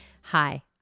Hi